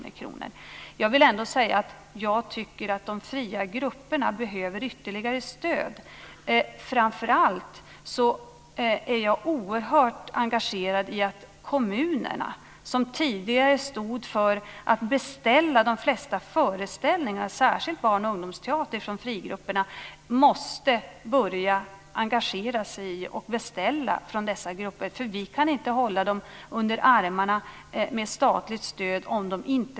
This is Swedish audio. Framför allt är jag oerhört engagerad i att kommunerna, som tidigare stod för att beställa de flesta föreställningarna från frigrupperna, särskilt barn och ungdomsteater, måste börja engagera sig och beställa från dessa grupper.